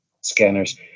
scanners